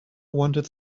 wanted